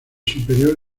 superior